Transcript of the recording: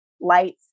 lights